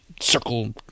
circle